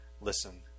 listen